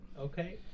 Okay